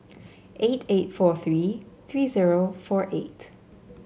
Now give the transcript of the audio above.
eight eight four three three zero four eight